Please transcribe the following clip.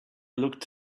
looked